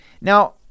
Now